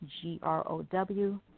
G-R-O-W